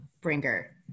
bringer